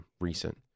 recent